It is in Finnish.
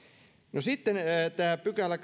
no sitten tämä kahdeksaskymmeneskahdeksas pykälä